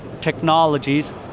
technologies